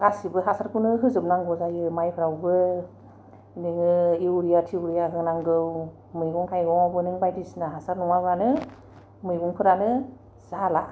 गासिबो हासारखौनो होजोबनांगौ जायो माइफ्रावबो नोङो इउरिया थिउरिया होनांगौ मैगं थाइगंआवबो नों बायदिसिना हासार नङाब्लानो मैगंफ्रानो जाला